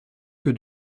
que